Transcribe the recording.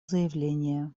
заявление